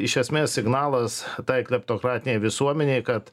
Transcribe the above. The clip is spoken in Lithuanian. iš esmės signalas tai kleptokratinei visuomenei kad